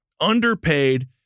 underpaid